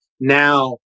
now